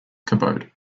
cabot